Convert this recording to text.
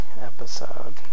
episode